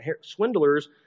swindlers